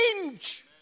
change